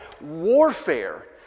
warfare